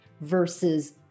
versus